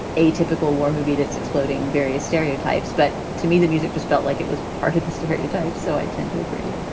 a typical war movie that's exploding various stereotypes. but to me, that music just felt like it was part of the stereotype. so i tend to agree.